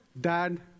Dad